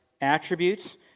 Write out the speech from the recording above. attributes